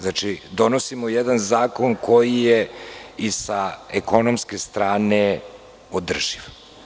Znači, donosimo jedan zakon koji je i sa ekonomske strane održiv.